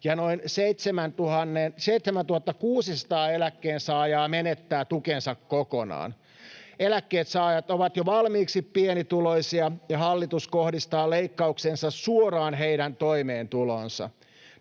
ja noin 7 600 eläkkeensaajaa menettää tukensa kokonaan. Eläkkeensaajat ovat jo valmiiksi pienituloisia, ja hallitus kohdistaa leikkauksensa suoraan heidän toimeentuloonsa.